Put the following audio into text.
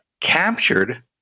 captured